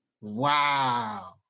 Wow